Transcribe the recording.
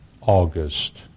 August